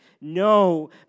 No